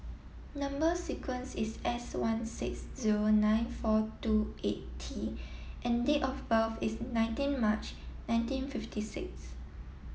number sequence is S one six zero nine four two eight T and date of birth is nineteen March nineteen fifty six